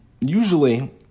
usually